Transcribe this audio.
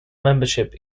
membership